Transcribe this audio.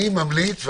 אני ממליץ,